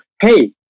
Hey